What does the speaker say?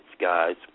guys